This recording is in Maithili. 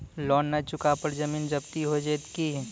लोन न चुका पर जमीन जब्ती हो जैत की?